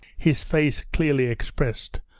his face clearly expressed,